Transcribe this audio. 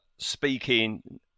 speaking